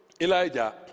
Elijah